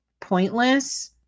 pointless